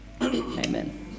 Amen